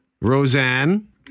Roseanne